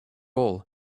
all